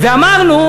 ואמרנו: